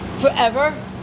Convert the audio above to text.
forever